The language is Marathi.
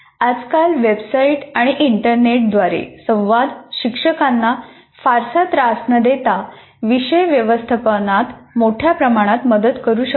आजकाल वेबसाइट्स आणि इंटरनेट द्वारे संवाद शिक्षकांना फारसा त्रास न देता विषय व्यवस्थापनात मोठ्या प्रमाणात मदत करू शकतात